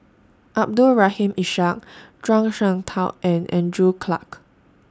Abdul Rahim Ishak Zhuang Shengtao and Andrew Clarke